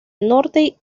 norte